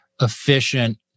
efficient